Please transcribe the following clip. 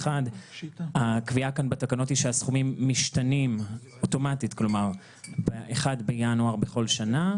הקביעה בתקנות היא שהסכומים משתנים אוטומטית ב-1 בינואר בכל שנה.